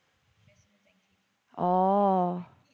oh